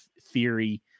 theory